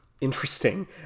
interesting